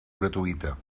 gratuïta